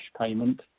payment